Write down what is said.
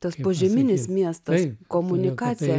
tas požeminis miestas komunikacija